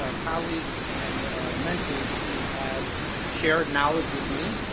ah colleagues and mentors who have shared knowledge with me.